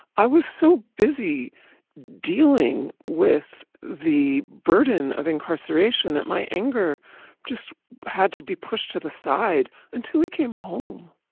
i was so busy dealing with the burden of incarceration that my anger just had to be pushed to the side until he came home.